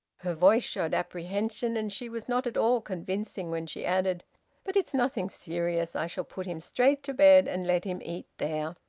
her voice showed apprehension, and she was not at all convincing when she added but it's nothing serious. i shall put him straight to bed and let him eat there.